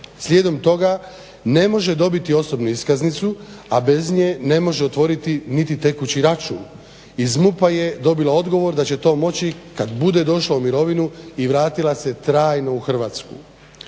Slijedom toga ne može dobiti osobnu iskaznicu, a bez nje ne može otvoriti niti tekući račun. Iz MUP-a je dobila odgovor da će to moći kad bude došla u mirovinu i vratila se trajno u Hrvatsku.